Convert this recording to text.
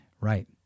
right